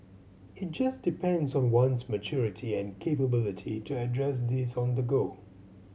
it just depends on one's maturity and capability to address these on the go